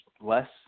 less